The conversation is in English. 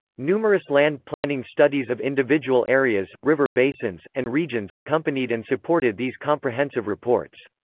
numerous land planning studies of individual areas, river basins, and regions accompanied and supported these comprehensive reports.